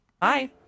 Bye